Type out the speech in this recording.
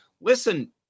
listen